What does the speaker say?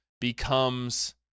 becomes